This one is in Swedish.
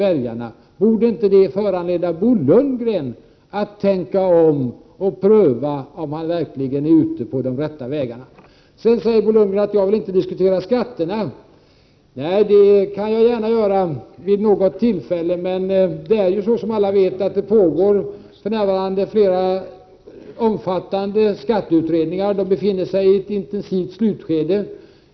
Borde det inte föranleda Bo Lundgren att tänka om och pröva huruvida han verkligen är ute på de rätta vägarna? Bo Lundgren säger sedan att jag inte vill diskutera skatterna. Nej, det kan jag göra vid något annat tillfälle. Som alla vet pågår det för närvarande flera omfattande skatteutredningar, som befinner sig i ett intensivt slutskede.